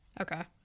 Okay